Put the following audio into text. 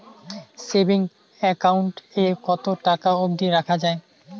Savings account এ কতো টাকা অব্দি রাখা যায়?